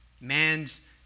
Man's